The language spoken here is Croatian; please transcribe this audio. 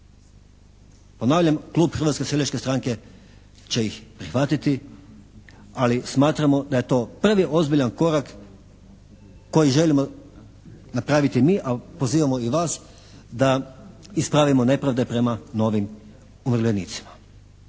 Ponavljam, klub Hrvatske seljačke stranke će ih prihvatiti, ali smatramo da je to prvi ozbiljan korak koji želimo napraviti mi, a pozivamo i vas da ispravimo nepravde prema novim umirovljenicima.